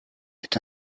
est